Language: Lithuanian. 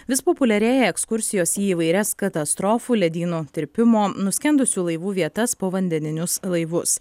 vis populiarėja ekskursijos į įvairias katastrofų ledynų tirpimo nuskendusių laivų vietas povandeninius laivus